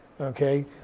Okay